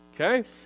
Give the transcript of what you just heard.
okay